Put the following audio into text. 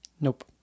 Nope